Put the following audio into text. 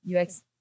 UX